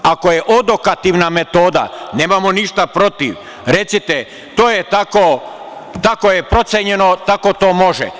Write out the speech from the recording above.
Ako je odokativna metoda, nemamo ništa protiv, recite - to je tako, tako je procenjeno, tako to može.